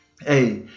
Hey